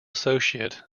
associate